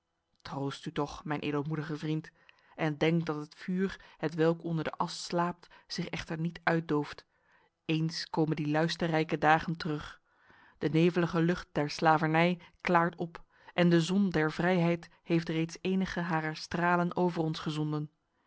troost u toch mijn edelmoedige vriend en denk dat het vuur hetwelk onder de as slaapt zich echter niet uitdooft eens komen die luisterrijke dagen terug de nevelige lucht der slavernij klaart op en de zon der vrijheid heeft reeds enige harer stralen over ons gezonden